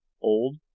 old